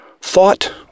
thought